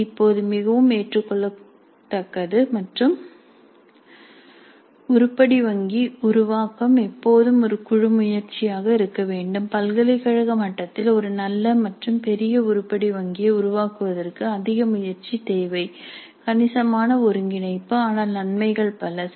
இது இப்போது மிகவும் ஏற்றுக்கொள்ளத்தக்கது மற்றும் உருப்படி வங்கி உருவாக்கம் எப்போதும் ஒரு குழு முயற்சியாக இருக்க வேண்டும் பல்கலைக்கழக மட்டத்தில் ஒரு நல்ல மற்றும் பெரிய உருப்படி வங்கியை உருவாக்குவதற்கு அதிக முயற்சி தேவை கணிசமான ஒருங்கிணைப்பு ஆனால் நன்மைகள் பல